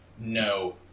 no